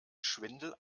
schwindel